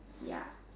ya